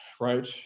right